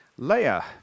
Leia